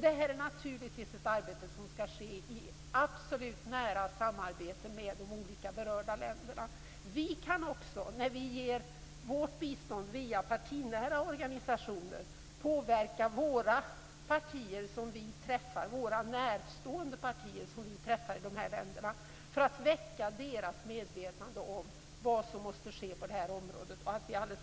Det här är naturligtvis ett arbete som skall ske i absolut nära samarbete med de olika berörda länderna. Vi kan också när vi ger vårt bistånd via partinära organisationer påverka våra närstående partier som vi träffar i de här länderna för att väcka deras medvetande om vad som måste ske på det här området och om att vi alla